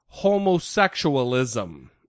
homosexualism